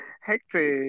hectic